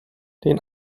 den